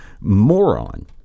moron